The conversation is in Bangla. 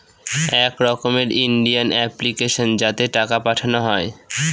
এক রকমের ইন্ডিয়ান অ্যাপ্লিকেশন যাতে টাকা পাঠানো হয়